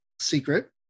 secret